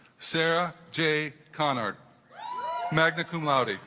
sarah j canard magna cum laude